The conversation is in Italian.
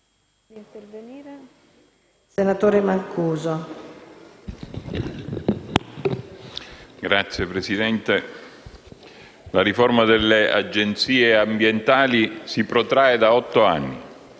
la riforma della Agenzie ambientali si protrae da otto anni.